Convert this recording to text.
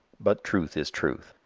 but truth is truth.